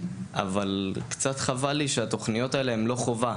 אבל קצת חבל לי שהתכניות האלה הן לא חובה.